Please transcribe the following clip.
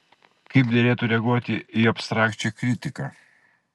kaip derėtų reaguoti į abstrakčią kritiką